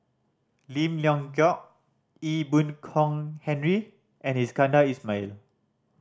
Lim Leong Geok Ee Boon Kong Henry and Iskandar Ismail